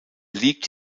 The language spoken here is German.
liegt